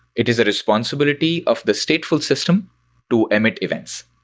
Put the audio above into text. it is a responsibility of the stateful system to emit events,